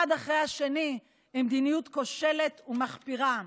אחרי השני במדיניות כושלת ומחפירה.